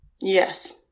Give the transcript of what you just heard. Yes